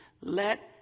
let